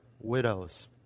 widows